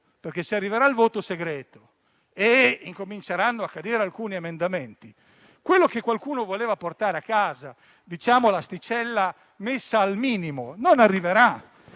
perché si arriverà al voto segreto e incominceranno a cadere alcuni emendamenti. Quello che qualcuno voleva portare a casa, l'asticella messa al minimo, non arriverà.